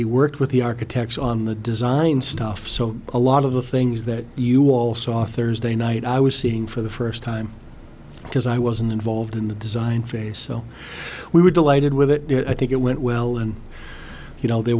he worked with the architects on the design stuff so a lot of the things that you all saw thursday night i was seeing for the first time because i wasn't involved in the design phase so we were delighted with it i think it went well and you know the